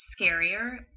scarier